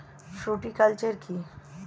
Fruticulture কী?